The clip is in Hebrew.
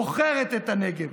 מוכרת את הנגב.